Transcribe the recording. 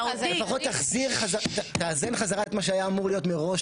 לפחות תאזן חזרה את מה שהיה אמור להיות מראש,